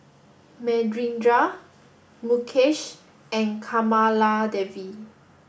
Manindra Mukesh and Kamaladevi